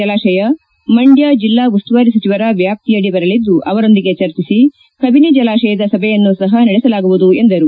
ಜಲಾಶಯ ಮಂಡ್ಯ ಜಿಲ್ಲಾ ಉಸ್ತುವಾರಿ ಸಚಿವರ ವ್ಯಾಪ್ತಿಯಡಿ ಬರಲಿದ್ದು ಅವರೊಂದಿಗೆ ಚರ್ಚಿಸಿ ಕಬಿನಿ ಜಲಾಶಯದ ಸಭೆಯನ್ನು ಸಹ ನಡೆಸಲಾಗುವುದು ಎಂದರು